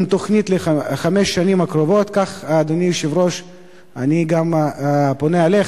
עם תוכנית לחמש השנים הקרובות, כך צריך לעשות עם